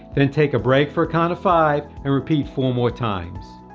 then take a break for a count of five and repeat four more times.